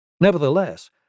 Nevertheless